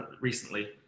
recently